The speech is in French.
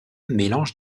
mélange